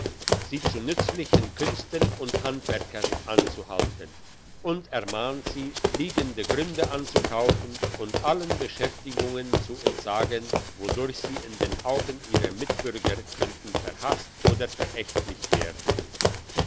sie zu nützlichen künsten und handwerkern anzuhalten und ermahnt sie liegende gründe anzukaufen und allen beschäftigungen zu entsagen wodurch sie in den augen ihrer mitbürger können verhasst oder verächtlich werden